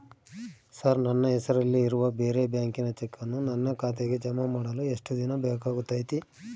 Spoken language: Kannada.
ಸರ್ ನನ್ನ ಹೆಸರಲ್ಲಿ ಇರುವ ಬೇರೆ ಬ್ಯಾಂಕಿನ ಚೆಕ್ಕನ್ನು ನನ್ನ ಖಾತೆಗೆ ಜಮಾ ಮಾಡಲು ಎಷ್ಟು ದಿನ ಬೇಕಾಗುತೈತಿ?